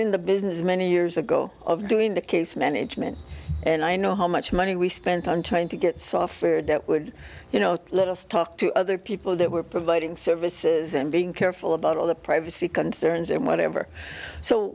in the business many years ago of doing the case management and i know how much money we spent on trying to get software that would you know let us talk to other people that were providing services and being careful about all the privacy concerns and whatever so